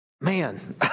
man